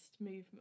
movement